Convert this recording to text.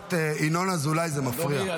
הכנסת ינון אזולאי, זה מפריע.